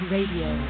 Radio